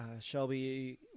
Shelby